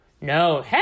No